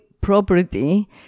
property